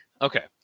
Okay